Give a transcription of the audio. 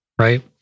Right